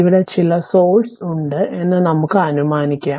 ഇവിടെ ചില സോഴ്സ്സ് ഉണ്ട് എന്ന് നമുക്ക് അനുമാനിക്കാം